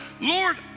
Lord